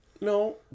No